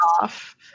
off